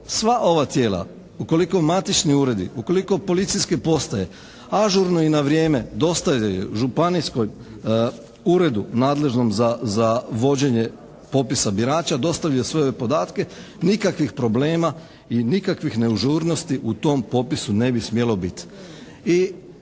sva ova tijela, ukoliko matični uredi, ukoliko policijske postaje ažurno i na vrijeme dostavljaju županijskom uredu nadležnom za vođenje popisa birača dostavi sve ove podatke nikakvih problema i nikakvih neažurnosti u tom popisu ne bi smjelo biti.